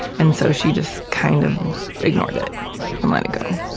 and so she just kind of ignored it and let it go.